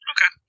Okay